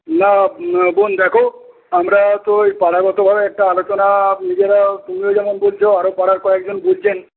না বোন দেখো আমরা তো ওই পাড়াগতভাবে একটা আলোচনা নিজেরা তুমিও যেমন বলছ আরও পাড়ার কয়েকজন বলছেন